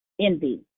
envy